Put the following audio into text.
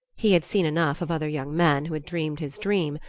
he had seen enough of other young men who had dreamed his dream,